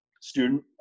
Student